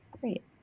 Great